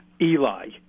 Eli